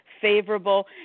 favorable